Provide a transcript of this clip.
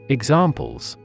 Examples